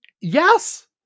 Yes